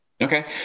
Okay